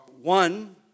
One